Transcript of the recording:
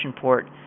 port